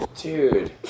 Dude